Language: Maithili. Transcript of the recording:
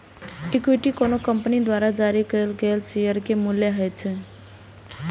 इक्विटी कोनो कंपनी द्वारा जारी कैल गेल शेयर के मूल्य होइ छै